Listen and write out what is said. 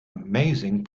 amazing